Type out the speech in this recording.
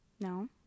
No